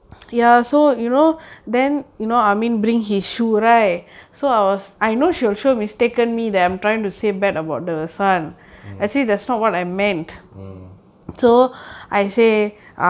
mm mm